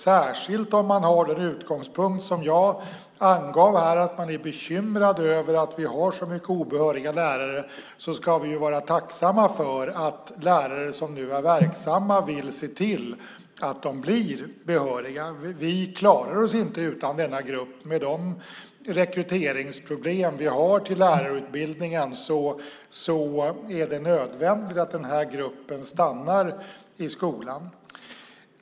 Särskilt om man har den utgångspunkt som jag angav här, att man är bekymrad över att vi har så mycket obehöriga lärare, ska vi vara tacksamma för att lärare som nu är verksamma vill se till att de blir behöriga. Vi klarar oss inte utan denna grupp. Med de rekryteringsproblem vi har till lärarutbildningen är det nödvändigt att den här gruppen stannar i skolan.